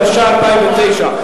התש"ע 2009,